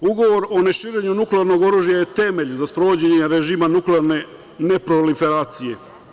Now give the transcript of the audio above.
Ugovor o neširenju nuklearnog oružja je temelj za sprovođenje režima nuklearne neproliferacije.